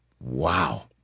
Wow